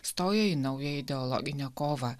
stoja į naują ideologinę kovą